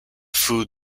food